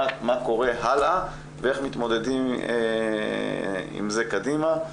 מה קורה הלאה ואיך מתמודדים עם זה קדימה.